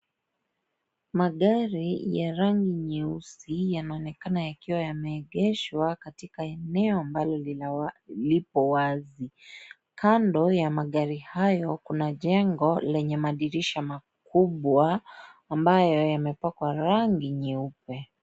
Magari ya rangi nyeusi, yanaonekana yakiwa yameegeshwa katika eneo ambalo lipo wazi. Kando ya magari hayo, kuna jengo lenye madirisha makubwa, ambayo yamepakwa rangi nyeupe.